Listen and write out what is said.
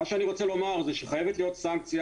מה שאני רוצה לומר זה שחייבת להיות סנקציה